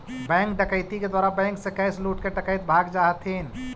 bank डकैती के द्वारा बैंक से कैश लूटके डकैत भाग जा हथिन